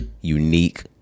unique